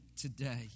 today